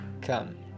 come